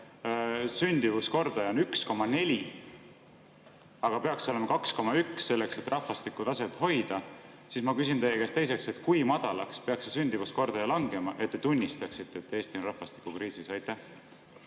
sündimuskordaja 1,4, aga peaks olema 2,1 selleks, et rahvastikutaset hoida, ma küsin teie käest teiseks, et kui madalaks peab sündimuskordaja langema, et te tunnistaksite, et Eesti on rahvastikukriisis.